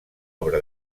obra